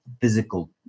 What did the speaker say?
physical